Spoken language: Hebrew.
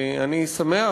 ואני שמח,